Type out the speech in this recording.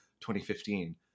2015